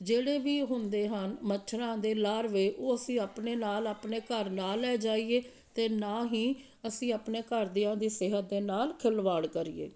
ਜਿਹੜੇ ਵੀ ਹੁੰਦੇ ਹਨ ਮੱਛਰਾਂ ਦੇ ਲਾਰਵੇ ਉਹ ਅਸੀਂ ਆਪਣੇ ਨਾਲ ਆਪਣੇ ਘਰ ਨਾ ਲੈ ਜਾਈਏ ਅਤੇ ਨਾ ਹੀ ਅਸੀਂ ਆਪਣੇ ਘਰਦਿਆਂ ਦੀ ਸਿਹਤ ਦੇ ਨਾਲ ਖਿਲਵਾੜ ਕਰੀਏ